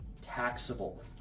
taxable